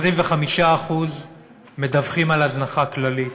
25% מדווחים על הזנחה כללית,